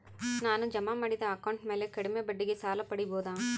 ನಾನು ಜಮಾ ಮಾಡಿದ ಅಕೌಂಟ್ ಮ್ಯಾಲೆ ಕಡಿಮೆ ಬಡ್ಡಿಗೆ ಸಾಲ ಪಡೇಬೋದಾ?